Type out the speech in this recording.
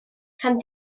can